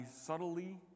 subtly